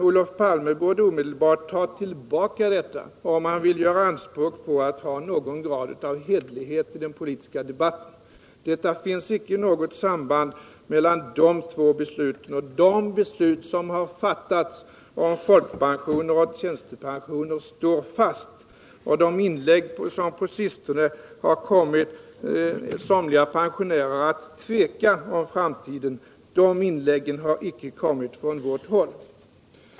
Olof Palme borde omedelbart ta tillbaka detta om han vill göra anspråk på någon grad av hederlighet i den politiska debatten. Det finns icke något samband mellan de två sakerna. De beslut som har fattats om folkpensioner och tjänstepensioner står fast. De inlägg som på sistone kommit somliga pensionärer att tveka om framtiden har icke kommit från vårt håll.